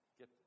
get